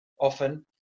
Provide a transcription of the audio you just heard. often